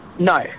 No